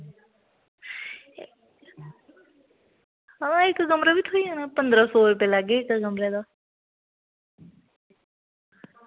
हां इक कमरा बी थ्होई जाना पदरां सौ रपेऽ लैगे इक कमरे दा